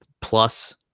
plus